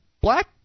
black